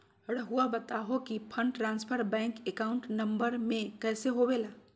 रहुआ बताहो कि fund transfer bank account number में कैसे होबेला?